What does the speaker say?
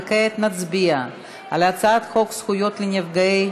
וכעת נצביע על הצעת חוק זכויות לנפגעי